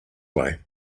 way